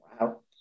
Wow